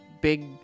big